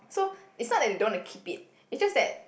so it's not that they don't want to keep it's just that